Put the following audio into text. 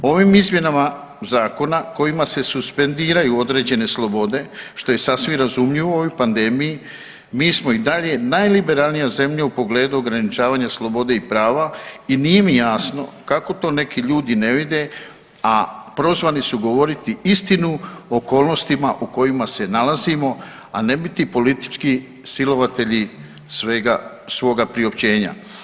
Ovim izmjenama zakona kojima se suspendiraju određene slobode što je sasvim razumljivo u ovoj pandemiji mi smo i dalje najliberalnija zemlja u pogledu ograničavanja slobode i prava i nije mi jasno kako to neki ljudi ne vide, a prozvani su govoriti istinu o okolnostima u kojima se nalazimo, a ne biti politički silovatelji svega, svoga priopćenja.